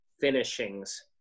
finishings